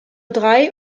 drei